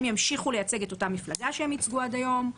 הם ימשיכו לייצג את אותה מפלגה שהם ייצגו עד היום,